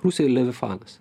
rusijoj levifanas